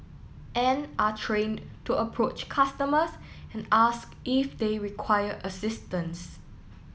and are trained to approach customers and ask if they require assistance